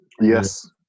Yes